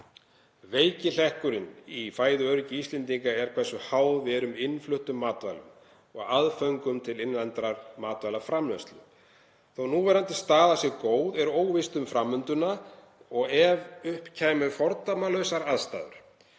Veiki hlekkurinn í fæðuöryggi Íslendinga er hversu háð við erum innfluttum matvælum og aðföngum til innlendrar matvælaframleiðslu. Þó að núverandi staða sé góð er óvíst um framvinduna og ef upp kæmu fordæmalausar aðstæður